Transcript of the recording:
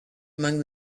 among